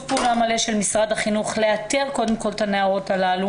פעולה מלא של משרד החינוך לאתר קודם כל את הנערות האלו